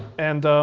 and